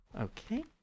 Okay